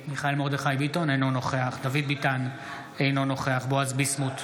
אינו נוכח דוד ביטן, אינו נוכח בועז ביסמוט,